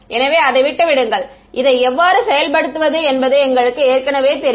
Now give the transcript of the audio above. எனவே அதை விட்டு விடுங்கள் இதை எவ்வாறு செயல்படுத்துவது என்பது எங்களுக்கு ஏற்கனவே தெரியும்